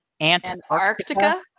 Antarctica